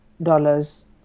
dollars